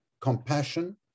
compassion